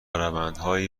روندهایی